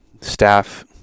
staff-